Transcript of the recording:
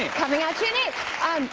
coming out june eighth.